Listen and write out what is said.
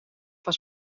was